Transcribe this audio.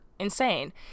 insane